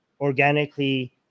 organically